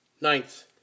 Ninth